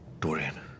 Dorian